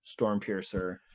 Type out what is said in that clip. Stormpiercer